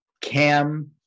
Cam